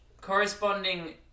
corresponding